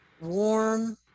warm